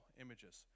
images